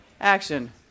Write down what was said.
action